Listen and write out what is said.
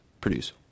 produce